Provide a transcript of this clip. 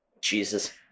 Jesus